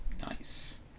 Nice